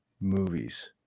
movies